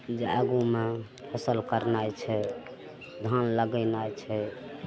जे आगूमे फसिल करनाइ छै धान लगेनाइ छै